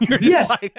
Yes